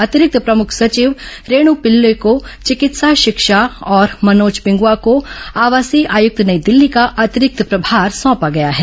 अतिरिक्त प्रमुख सर्चिव रेणु पिल्ले को चिकित्सा शिक्षा और मनोज पिंगुआ को आवासीय आयुक्त नई दिल्ली का अतिरिक्त प्रभार सौंपा गया है